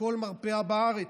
בכל מרפאה בארץ.